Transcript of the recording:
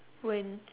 when